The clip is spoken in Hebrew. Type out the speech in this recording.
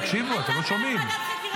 תקשיבו, אתם לא שומעים.